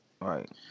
Right